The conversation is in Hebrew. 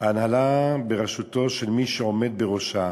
ההנהלה בראשותו של מי שעומד בראשה